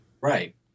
Right